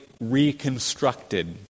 reconstructed